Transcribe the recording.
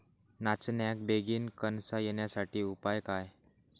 नाचण्याक बेगीन कणसा येण्यासाठी उपाय काय?